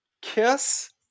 kiss